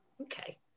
Okay